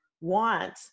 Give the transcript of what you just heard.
want